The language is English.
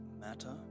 matter